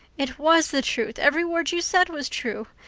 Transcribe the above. it was the truth every word you said was true.